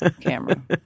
camera